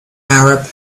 arab